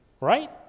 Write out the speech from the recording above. right